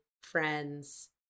friends